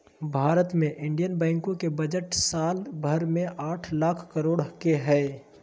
भारत मे इन्डियन बैंको के बजट साल भर मे आठ लाख करोड के हय